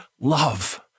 love